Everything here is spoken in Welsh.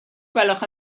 gwelwch